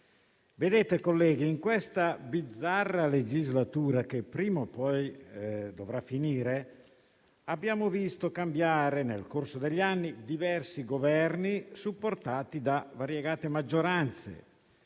colleghi, in questa bizzarra legislatura, che prima o poi dovrà finire, abbiamo visto cambiare nel corso degli anni diversi Governi, supportati da variegate maggioranze.